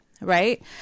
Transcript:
right